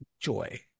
joy